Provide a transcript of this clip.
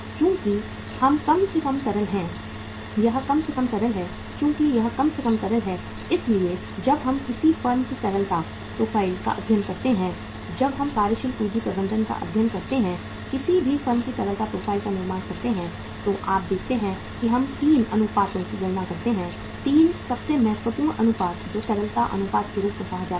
चूंकि यह कम से कम तरल है चूंकि यह कम से कम तरल है इसलिए जब हम किसी फर्म की तरलता प्रोफ़ाइल का अध्ययन करते हैं जब हम कार्यशील पूंजी प्रबंधन का अध्ययन करते समय किसी भी फर्म की तरलता प्रोफ़ाइल का निर्माण करते हैं तो आप देखते हैं कि हम 3 अनुपातों की गणना करते हैं 3 सबसे महत्वपूर्ण अनुपात जो तरलता अनुपात के रूप में कहा जाता है